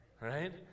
right